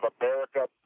America